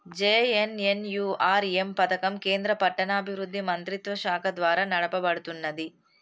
JNNURM పథకం కేంద్ర పట్టణాభివృద్ధి మంత్రిత్వశాఖ ద్వారా నడపబడుతున్నది